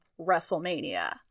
Wrestlemania